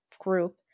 group